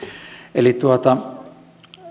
eli